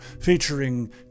featuring